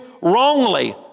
wrongly